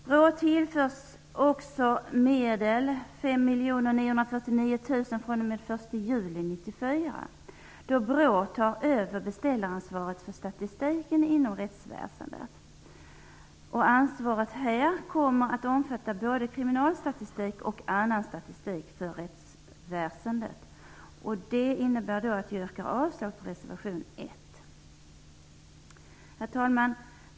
BRÅ tillförs också 5 949 000 kronor den 1 juli 1994, då BRÅ tar över beställaransvaret för statistiken inom rättsväsendet. Ansvaret kommer här att omfatta både kriminalstatistik och annan statistik för rättsväsendet. Jag yrkar därför avslag på reservation 1. Herr talman!